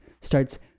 starts